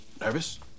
Nervous